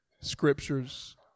scriptures